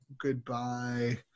goodbye